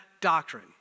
doctrine